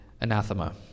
anathema